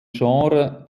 genres